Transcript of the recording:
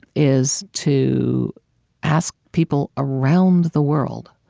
is to ask people around the world